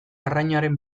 arrainaren